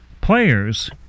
players